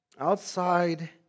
Outside